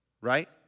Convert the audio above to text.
right